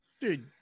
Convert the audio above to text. Dude